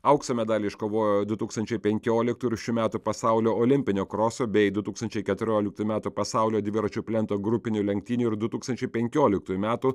aukso medalį iškovojo du tūkstančiai penkioliktų ir šių metų pasaulio olimpinio kroso bei du tūkstančiai keturioliktųjų metų pasaulio dviračių plento grupinių lenktynių ir du tūkstančiai penkioliktųjų metų